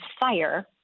fire